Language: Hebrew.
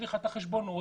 שליחת חשבוניות,